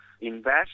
invest